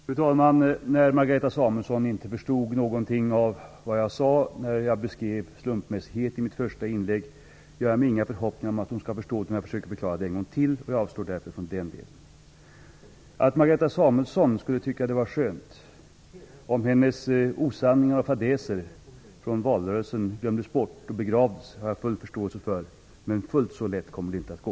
Fru talman! När Margareta Samuelsson inte förstod någonting av det jag sade när jag beskrev slumpmässighet i mitt första inlägg gör jag mig inga förhoppningar om att hon skall förstå det om jag försöker förklara det en gång till. Jag avstår därför från den delen. Att Margareta Samuelsson skulle tycka att det vore skönt om hennes osanningar och fadäser från valrörelsen glömdes bort och begravdes har jag full förståelse för, men fullt så lätt kommer det inte att gå.